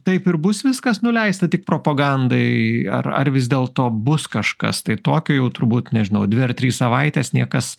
taip ir bus viskas nuleista tik propagandai ar ar vis dėlto bus kažkas tai tokio jau turbūt nežinau dvi ar trys savaitės niekas